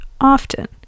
often